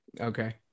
Okay